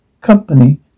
Company